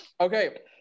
okay